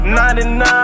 99